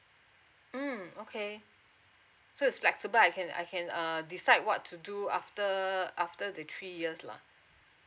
mm okay so it's flexible I can I can err decide what to do after after the three years lah